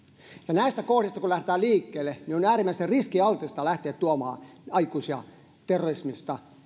näistä kohdista kun lähdetään liikkeelle niin on äärimmäisen riskialtista lähteä tuomaan aikuisia terrorismiin